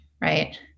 right